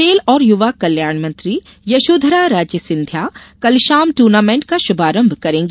खेल और युवा कल्याण मंत्री यशोधरा राजे सिंधिया कल शाम टूर्नामेंट का श्रभारंभ करेंगी